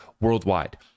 worldwide